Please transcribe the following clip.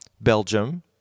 Belgium